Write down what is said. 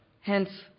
Hence